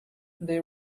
they